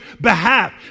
behalf